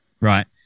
Right